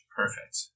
perfect